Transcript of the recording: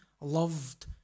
loved